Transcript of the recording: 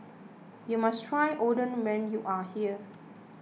you must try Oden when you are here